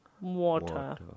Water